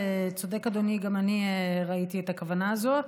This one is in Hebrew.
אדוני צודק, גם אני ראיתי את הכוונה הזאת.